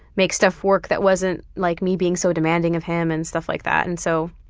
make stuff work that wasn't like me being so demanding of him and stuff like that. and so